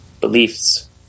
beliefs